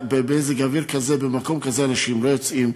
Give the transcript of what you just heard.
במזג אוויר כזה, במקום כזה, אנשים לא יוצאים.